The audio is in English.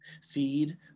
seed